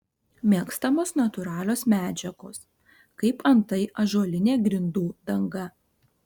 mėgstamos natūralios medžiagos kaip antai ąžuolinė grindų danga